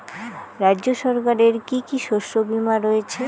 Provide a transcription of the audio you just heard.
রাজ্য সরকারের কি কি শস্য বিমা রয়েছে?